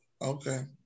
Okay